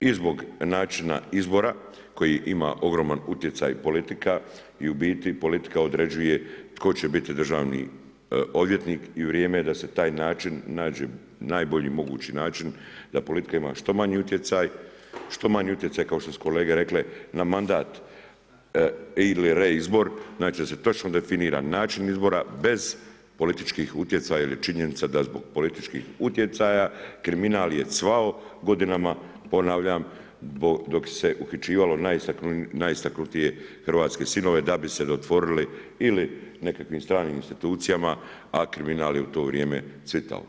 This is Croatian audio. i zbog načina izbora koji ima ogroman utjecaj politika i u biti politika određuje tko će biti državni odvjetnik i vrijeme je da se taj način nađe najbolji mogući način da politika ima što manji utjecaj, što manji utjecaj kao što su kolege rekle na mandat ili reizbor, da se točno definira način izbora bez političkih utjecaja ili činjenica da zbog političkih utjecaja kriminal je cvao godinama, ponavljam, dok se uhićivalo najistaknutije hrvatske sinove da bi se dodvorili ili nekakvim stranim institucijama, a kriminal je u to vrijeme cvjetao.